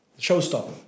showstopper